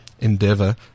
endeavor